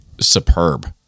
superb